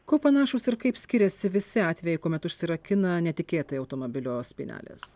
kuo panašūs ir kaip skiriasi visi atvejai kuomet užsirakina netikėtai automobilio spynelės